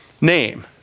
name